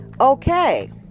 okay